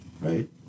right